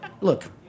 Look